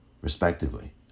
respectively